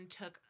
took